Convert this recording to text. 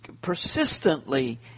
persistently